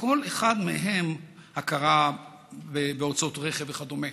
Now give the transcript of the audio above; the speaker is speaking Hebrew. הכרה בהוצאות רכב וכדומה.